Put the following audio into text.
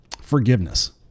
Forgiveness